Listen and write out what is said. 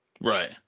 Right